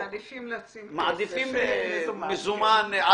שמעדיפים מזומן.